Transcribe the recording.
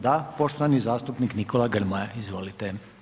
Da, poštovani zastupnik Nikola Grmoja, izvolite.